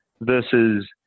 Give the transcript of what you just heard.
Versus